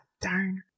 darn